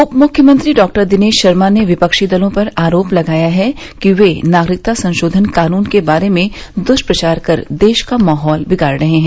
उपमुख्यमंत्री डॉदिनेश शर्मा ने विपक्षी दलों पर आरोप लगाया है कि वे नागरिकता संशोधन कानून के बारे दुष्प्रचार कर देश का माहौल बिगाड़ रहे हैं